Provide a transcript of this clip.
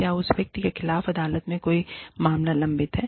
क्या उस व्यक्ति के खिलाफ अदालत में कोई मामला लंबित है